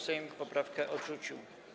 Sejm poprawkę odrzucił.